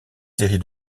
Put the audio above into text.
série